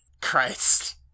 christ